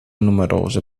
numerose